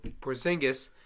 Porzingis